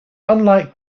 unlike